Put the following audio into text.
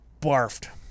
barfed